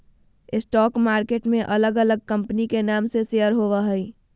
stock market में अलग अलग कंपनी के नाम से शेयर होबो हइ